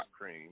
cream